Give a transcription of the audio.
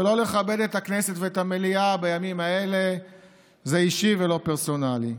ולא לכבד את הכנסת ואת המליאה בימים האלה זה אישי ולא פרסונלי.